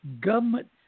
government